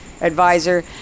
advisor